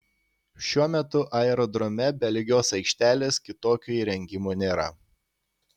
šiuo metu aerodrome be lygios aikštelės kitokių įrengimų nėra